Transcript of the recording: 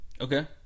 Okay